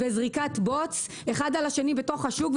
בזריקת בוץ האחד על השני בתוך השוק,